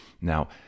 Now